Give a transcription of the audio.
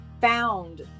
found